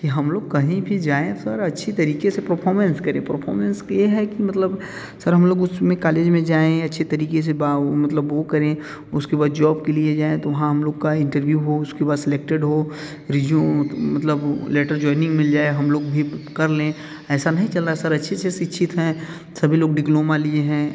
कि हम लोग कहीं भी जाएं सर अच्छी तरीक़े से परफोमेंस करें परफोमेंस ये है कि मतलब सर हम लोग उसमें कालेज में जाएं अच्छे तरीक़े से मतलब वो करें उसके बाद जॉब के लिए जाएं तो वहाँ हम लोग का इंटरव्यू हो उसके बाद सेलेक्टेड हो रिज्यूम मतलब लेटर ज्वाइनिंग मिल जाए हम लोग भी कर लें ऐसा नहीं चल रहा सर अच्छी से शिक्षित हैं सभी लोग डिप्लोमा लिए हैं